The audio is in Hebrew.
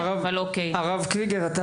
הרב קריגר,